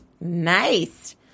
Nice